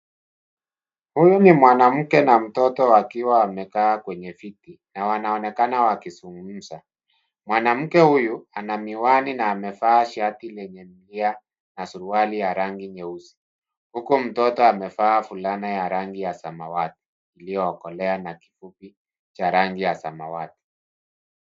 Huyu ni mwanamke na mtoto wakiwa wamekaa kwenye viti na wanaonekana wakizugumza. Mwanamke huyu ana miwani na amevaa shati lenye milia na suruali ya rangi nyeusi. Huku mtoto amevaa fulana ya rangi ya samawati iliyokolea na kikuki cha rangi ya samawati.